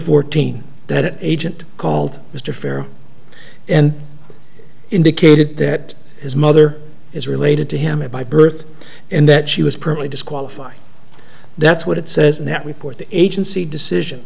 fourteen that agent called mr fair and indicated that his mother is related to him by birth and that she was personally disqualified that's what it says in that report the agency decision